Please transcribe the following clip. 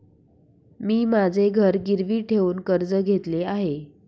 मी माझे घर गिरवी ठेवून कर्ज घेतले आहे